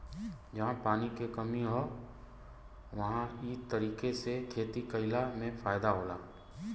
जहां पानी के कमी हौ उहां इ तरीका से खेती कइला में फायदा होला